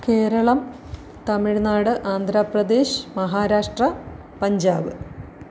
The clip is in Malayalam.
കേരളം തമിഴ്നാട് ആന്ധ്രാപ്രദേശ് മഹാരാഷ്ട്ര പഞ്ചാബ്